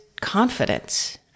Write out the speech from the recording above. confidence